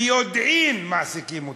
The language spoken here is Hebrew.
ביודעין מעסיקים אותם,